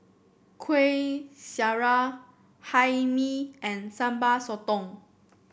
Kueh Syara Hae Mee and Sambal Sotong